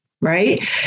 Right